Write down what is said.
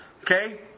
Okay